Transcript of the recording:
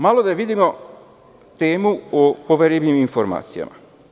Malo da vidimo temu o poverljivim informacijama.